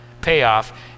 payoff